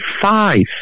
five